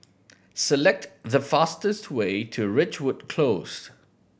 select the fastest way to Ridgewood Close